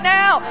now